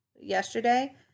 yesterday